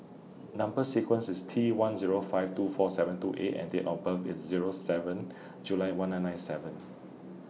Number sequence IS T one Zero five two four seven two A and Date of birth IS Zero seven July one nine nine seven